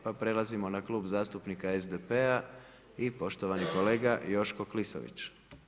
Pa prelazimo na Klub zastupnika SDP-a i poštovani kolega Joško Klisović.